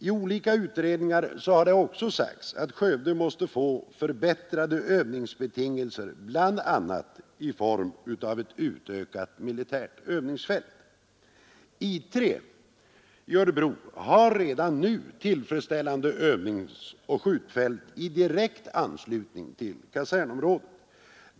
I olika utredningar har det också sagts att Skövde måste få förbättrade övningsbetingelser bl.a. i form av ett utökat militärt övningsfält. I 3 i Örebro har redan nu tillfredsställande övningsoch skjutfält i direkt anslutning till kasernområdet.